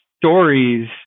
stories